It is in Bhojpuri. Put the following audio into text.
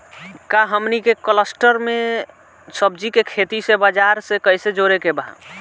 का हमनी के कलस्टर में सब्जी के खेती से बाजार से कैसे जोड़ें के बा?